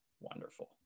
wonderful